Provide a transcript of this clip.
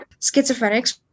schizophrenics